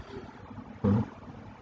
mmhmm